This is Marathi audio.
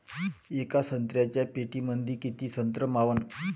येका संत्र्याच्या पेटीमंदी किती संत्र मावन?